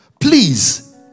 Please